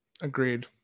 Agreed